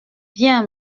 bien